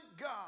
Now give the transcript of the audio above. God